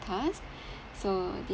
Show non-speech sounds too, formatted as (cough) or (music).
task (breath) so